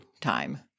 time